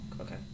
Okay